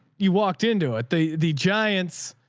you walked into it. they, the giants,